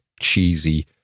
cheesy